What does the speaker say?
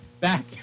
back